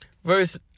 Verse